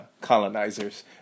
colonizers